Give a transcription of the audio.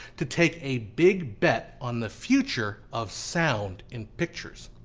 to take a big bet on the future of sound in pictures.